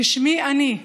כשמי אני,